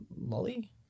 Lolly